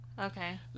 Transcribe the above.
Okay